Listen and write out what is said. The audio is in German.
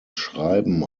schreiben